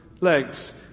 legs